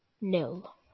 nil